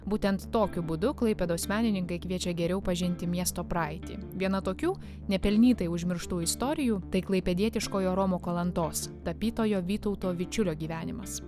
būtent tokiu būdu klaipėdos menininkai kviečia geriau pažinti miesto praeitį viena tokių nepelnytai užmirštų istorijų tai klaipėdietiškojo romo kalantos tapytojo vytauto vičiulio gyvenimas